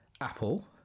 apple